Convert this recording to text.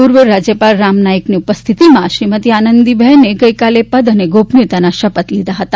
પૂર્વ રાજ્યપાલ રામ નાઇકની ઉપસ્થિતિમાં શ્રીમતિ આનંદીબેન ગઇકાલે પદ અને ગોપનીયતાના શપથ લીધા હતા